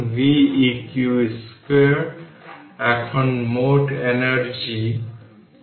সুতরাং উভয় ভোল্টেজ সমান হবে এখন সুইচ বন্ধ রেখে স্টোরড এনার্জি গণনা করুন